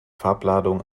farbladung